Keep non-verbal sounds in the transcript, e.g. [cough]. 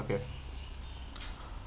okay [breath]